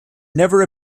never